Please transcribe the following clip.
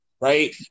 right